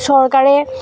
চৰাকাৰে